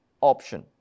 option